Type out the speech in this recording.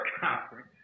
conference